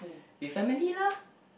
with family lah